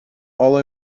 all